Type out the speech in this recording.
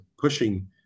pushing